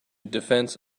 defense